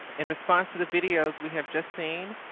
in response to the videos we have just seen,